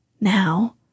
now